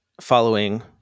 following